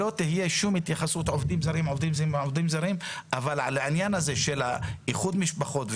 וסודן ואנחנו מתכוונים לעודד ולהגדיל את היציאה מרצון.